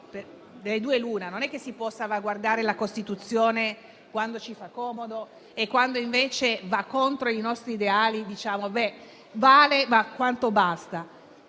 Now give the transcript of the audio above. non è che si può salvaguardare la Costituzione quando ci fa comodo e, quando invece va contro i nostri ideali, diciamo che vale ma quanto basta.